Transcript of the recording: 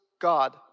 God